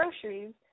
groceries